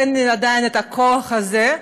אין לי עדיין הכוח הזה,